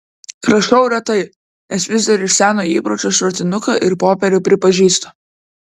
rašau retai nes vis dar iš seno įpročio šratinuką ir popierių pripažįstu